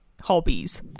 hobbies